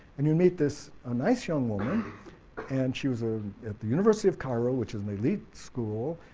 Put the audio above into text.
and you meet this ah nice young woman and she was ah at the university of cairo which is an elite school,